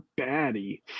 baddie